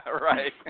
Right